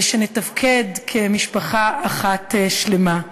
שנתפקד כמשפחה אחת שלמה.